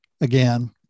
again